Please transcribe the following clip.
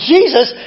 Jesus